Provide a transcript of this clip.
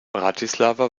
bratislava